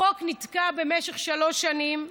החוק נתקע במשך שלוש שנים,